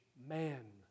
man